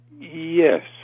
Yes